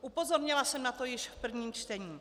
Upozornila jsem na to již v prvém čtení.